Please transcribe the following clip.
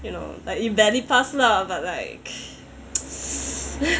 you know like you barely pass lah but like